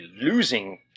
losing